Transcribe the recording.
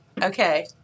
Okay